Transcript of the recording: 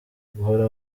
guhora